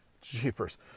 jeepers